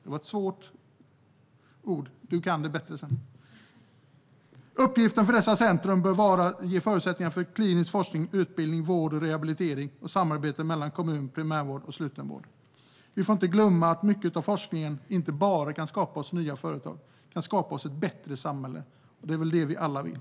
Uppgiften för dessa centrum bör vara att ge förutsättningar för klinisk forskning, utbildning, vård och rehabilitering samt samarbete mellan kommun, primärvård och slutenvård. Vi får inte glömma att mycket av forskningen inte bara kan ge oss nya företag utan även ett bättre samhälle, och det är väl det vi alla vill.